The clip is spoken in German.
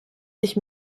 dich